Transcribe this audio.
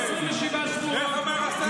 איך אמר השר אמסלם?